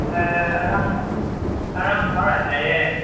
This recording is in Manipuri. ꯑꯦ ꯑꯔꯨꯝ ꯍꯧꯔꯥ ꯂꯩꯌꯦ